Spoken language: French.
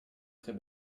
très